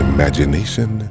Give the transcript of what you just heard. Imagination